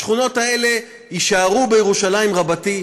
השכונות האלה יישארו בירושלים רבתי,